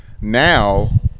now